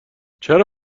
چرا